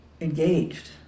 engaged